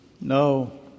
No